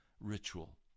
ritual